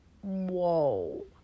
whoa